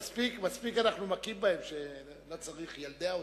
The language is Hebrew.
מספיק אנחנו מכים בהם, לא צריך לקרוא להם